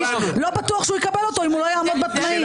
לא בטוח שהוא יקבל אותו אם הוא לא יעמוד בתנאים.